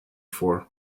for